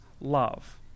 love